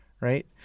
right